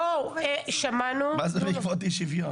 מה זה בעקבות אי שוויון?